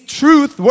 truth